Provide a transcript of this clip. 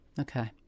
Okay